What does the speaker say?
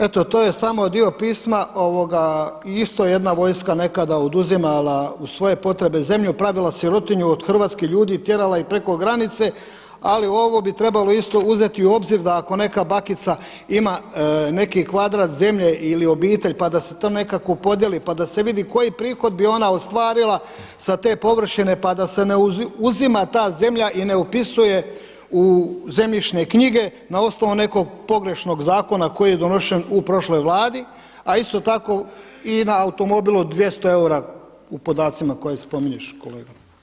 Evo to je samo dio pisma i isto je jedna vojska nekada oduzimala u svoje potrebe zemlju, pravila sirotinju od hrvatskih ljudi i tjerala ih preko granice ali ovo bi trebalo isto uzeti u obzir da ako neka bakica ima neki kvadrat zemlje ili obitelj pa da se to nekako podijeli pa da se vidi koji prihod bi ona ostvarila sa te površine pa da se ne uzima ta zemlja i ne upisuje u zemljišne knjige na osnovu nekog pogrešnog zakona koji je donošen u prošloj Vladi a isto tako i na automobilu od 200 eura u podacima koje spominješ kolega.